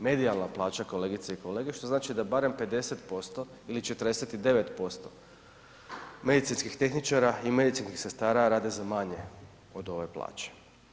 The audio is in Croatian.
Medijalna plaća, kolegice i kolege što znači da barem 50% ili 49% medicinskih tehničara i medicinskih sestara rade za manje od ove plaće.